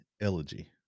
Elegy